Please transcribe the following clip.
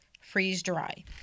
Freeze-Dry